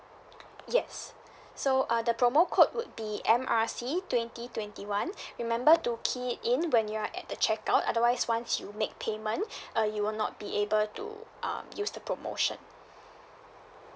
yes so uh the promo code would be M R C twenty twenty one remember to key it in when you're at the check out otherwise once you make payment uh you will not be able to um use the promotion